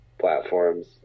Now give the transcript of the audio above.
platforms